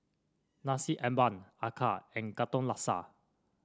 Nasi Ambeng acar and Katong Laksa